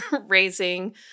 raising